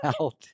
out